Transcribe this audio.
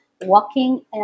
Walking